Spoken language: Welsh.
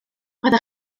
roedd